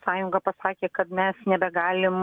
sąjunga pasakė kad mes nebegalim